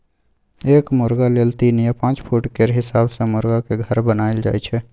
एक मुरगा लेल तीन या पाँच फुट केर हिसाब सँ मुरगाक घर बनाएल जाइ छै